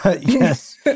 yes